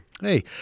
Hey